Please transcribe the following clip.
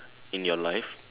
in your life